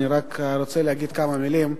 אני רק רוצה להגיד כמה מלים.